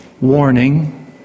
warning